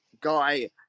guy